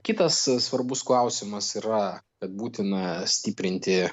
kitas svarbus klausimas yra kad būtina stiprinti